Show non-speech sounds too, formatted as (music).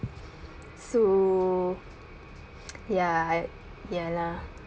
so (noise) ya I ya lah